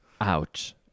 Ouch